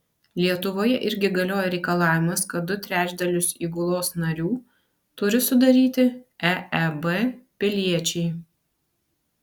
lietuvoje irgi galioja reikalavimas kad du trečdalius įgulos narių turi sudaryti eeb piliečiai